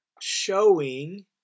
Showing